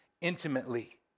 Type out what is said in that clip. intimately